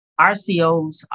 RCOs